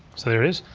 so there it is.